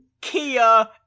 Kia